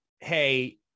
hey